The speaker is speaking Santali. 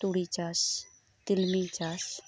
ᱛᱩᱲᱤ ᱪᱟᱥ ᱛᱤᱞᱢᱤᱝ ᱪᱟᱥ